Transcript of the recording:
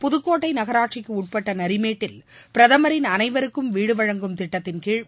புதக்கோட்டை நகராட்சிக்கு உட்பட்ட நரிமேட்டில் பிரதமரின் அனைவருக்கும் வீடு வழங்கும் திட்டத்தின்கீழ்